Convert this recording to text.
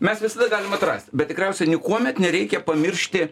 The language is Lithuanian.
mes visada galim atrast bet tikriausiai nikuomet nereikia pamiršti